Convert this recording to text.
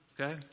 Okay